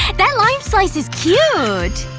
and that lime slice is cute!